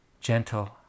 gentle